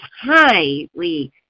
highly